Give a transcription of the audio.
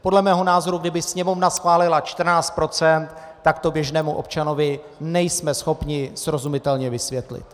Podle mého názoru, kdyby Sněmovna schválila 14 %, tak to běžnému občanovi nejsme schopni srozumitelně vysvětlit.